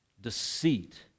deceit